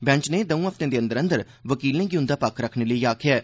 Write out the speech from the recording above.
bench नै दौं हफ्तें दे अंदर अंदर वकीलें गी उंदा पक्ख रक्खने लेई आखेआ ऐ